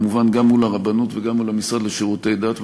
כמובן גם מול הרבנות וגם מול המשרד לשירותי דת,